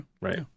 Right